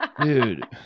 Dude